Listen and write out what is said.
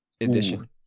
edition